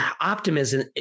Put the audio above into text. optimism